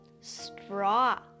Straw